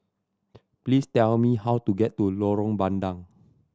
please tell me how to get to Lorong Bandang